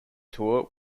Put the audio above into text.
tour